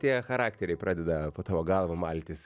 tie charakteriai pradeda po tavo galvą maltis